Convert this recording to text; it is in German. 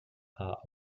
haar